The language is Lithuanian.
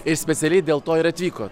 ir specialiai dėl to ir atvyko